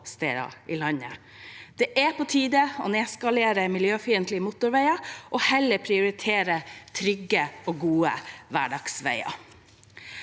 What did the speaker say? Det er på tide å nedskalere miljøfiendtlige motorveier og heller prioritere trygge og gode hverdagsveier.